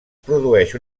produeix